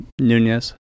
nunez